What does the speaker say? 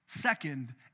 second